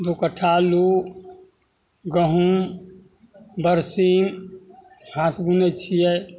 दुइ कट्ठा अल्लू गहूम बरसीम घास बुनै छिए